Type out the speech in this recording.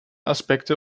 aspekte